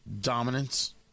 dominance